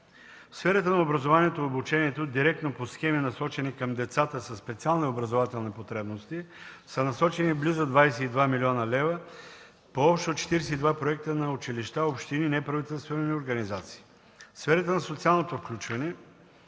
В сферата на образованието и обучението директно по схеми, насочени към децата със специални образователни потребности, са насочени близо 22 млн. лв. по общо 42 проекта на училища, общини и неправителствени организации. В сферата на социалното включване